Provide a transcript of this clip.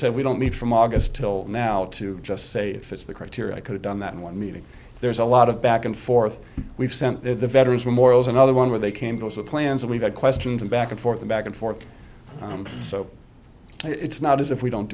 that we don't need from august till now to just say it fits the criteria i could've done that in one meeting there's a lot of back and forth we've sent there the veterans memorial is another one where they came to us with plans and we've had questions and back and forth back and forth so it's not as if we don't